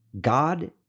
God